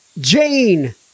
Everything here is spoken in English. Jane